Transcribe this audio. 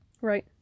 right